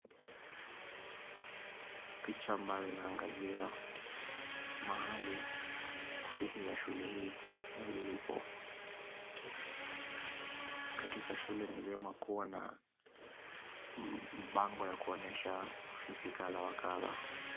Picha ambayo inaangazia mahali ofisi za shule hii zilipo. Katika shule ni vyema kuwa na bango ya kuonyesha ofisi kadhaa wa kadhaa.